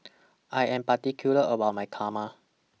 I Am particular about My Kurma